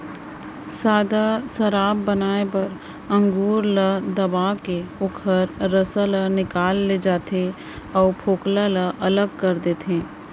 सादा सराब बनाए बर अंगुर ल दबाके ओखर रसा ल निकाल ले जाथे अउ फोकला ल अलग कर देथे